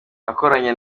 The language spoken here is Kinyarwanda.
nakoranye